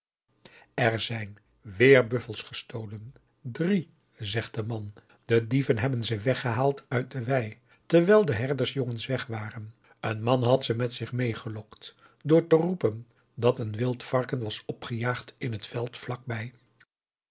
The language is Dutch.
er zijn weer buffels gestolen drie zegt de man de dieven hebben ze weggehaald uit de wei terwijl de herdersjongens weg waren een man had ze met zich mee gelokt door te roepen dat een wild varken was opgejaagd in het veld vlakbij